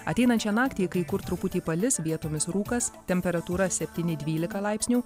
ateinančią naktį kai kur truputį palis vietomis rūkas temperatūra septyni dvylika laipsnių